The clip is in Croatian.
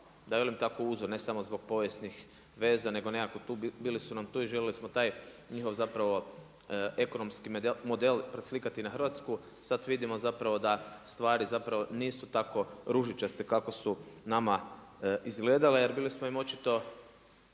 da velim tako uzor, ne samo zbog povijesnih veza nego nekako bili su nam tu i željeli smo taj njihov zapravo ekonomski model preslikati na Hrvatsku. Sada vidimo zapravo da stvari zapravo nisu tako ružičaste kako su nama izgledale, jer bili smo im očito,